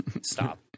stop